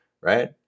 right